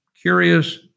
curious